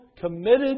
committed